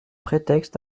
prétexte